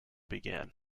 began